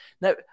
Now